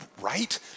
right